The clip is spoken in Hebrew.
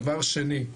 דבר שני: